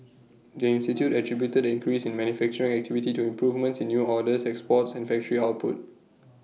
the institute attributed the increase in manufacturing activity to improvements in new orders exports and factory output